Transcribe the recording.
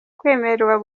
kwemererwa